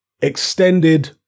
extended